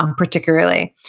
um particularly,